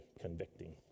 convicting